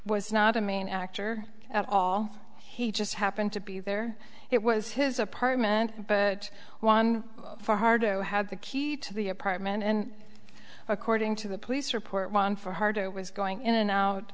was not a mean actor at all he just happened to be there it was his apartment but one for hard had the key to the apartment and according to the police report one for harder was going in and out